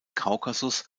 kaukasus